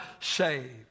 saved